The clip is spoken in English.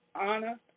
honor